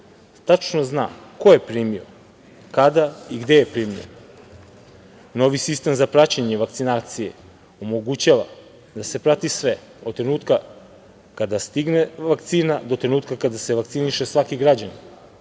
tačno zna ko je primio, kada i gde je primio. Novi sistem za praćenje vakcinacije omogućuje da se prati sve, od trenutka kada stigne vakcina do trenutka kada se vakciniše svaki građanin.